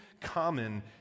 common